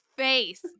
face